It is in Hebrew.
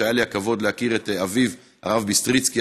שהיה לי הכבוד להכיר את אביו הרב ביסטריצקי,